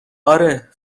آره